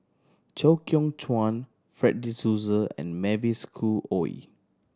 Chew Kheng Chuan Fred De Souza and Mavis Khoo Oei